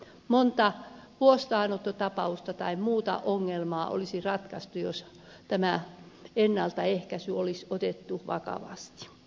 monta huostaanottotapausta tai muuta ongelmaa olisi ratkaistu jos tämä ennaltaehkäisy olisi otettu vakavasti